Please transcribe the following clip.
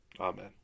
Amen